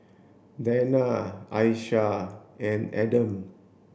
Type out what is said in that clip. Danial Aisyah and Adam